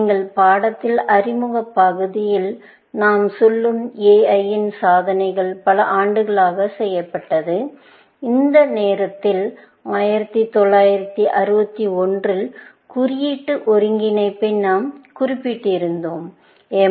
நீங்கள் பாடத்தின் அறிமுக பகுதியில் நாம் சொல்லும் AI இன் சாதனைகள் பல ஆண்டுகளாக செய்யப்பட்டது அந்த நேரத்தில் 1961 இல் குறியீட்டு ஒருங்கிணைப்பை நாம் குறிப்பிட்டிருந்தோம்